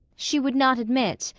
she would not admit,